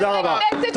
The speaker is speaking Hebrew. תודה רבה.